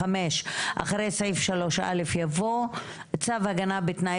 טכנולוגי."; (5)אחרי סעיף 3א יבוא: "צו הגנה בתנאי